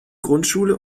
grundschule